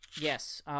Yes